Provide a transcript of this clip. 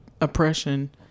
oppression